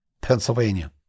Pennsylvania